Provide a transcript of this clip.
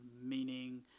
meaning